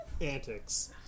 antics